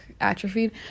atrophied